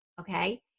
okay